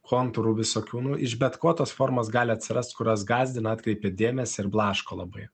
kontūrų visokių nu iš bet ko tos formos gali atsirast kurios gąsdina atkreipia dėmesį ir blaško labai